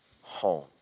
home